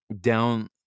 down